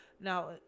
now